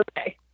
okay